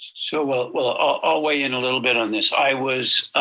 so well well i'll weigh in a little bit on this. i was